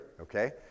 okay